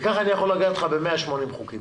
וככה אני יכול לפרט 180 חוקים.